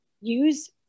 use